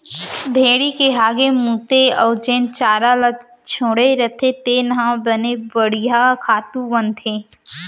भेड़ी के हागे मूते अउ जेन चारा ल छोड़े रथें तेन ह बने बड़िहा खातू बनथे